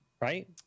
right